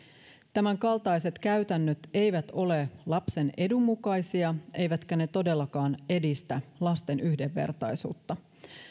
tämänkaltaiset käytännöt eivät ole lapsen edun mukaisia eivätkä ne todellakaan edistä lasten yhdenvertaisuutta